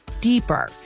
deeper